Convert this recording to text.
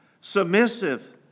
submissive